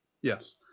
Yes